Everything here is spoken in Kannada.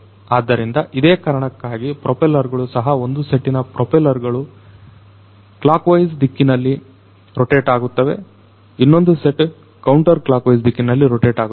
ಆದ್ದರಿಂದ ಇದೇ ಕಾರಣಕ್ಕಾಗಿ ಪ್ರೋಪೆಲ್ಲರ್ ಗಳು ಸಹ ಒಂದು ಸೆಟ್ಟಿನ ಪ್ರೊಫೈಲ್ಗಳು ಕ್ಲಾಕ್ ವೈಸ್ ದಿಕ್ಕಿನಲ್ಲಿ ರೊಟೇಟ್ ಆಗುತ್ತವೆ ಇನ್ನೊಂದು ಸೆಟ್ ಕೌಂಟರ್ ಕ್ಲಾಕ್ ವೈಸ್ ದಿಕ್ಕಿನಲ್ಲಿ ರೊಟೇಟ್ ಆಗುತ್ತವೆ